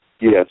Yes